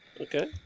Okay